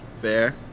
Fair